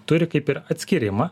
turi kaip ir atskyrimą